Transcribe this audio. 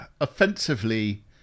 offensively